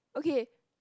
okay